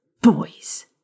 Boys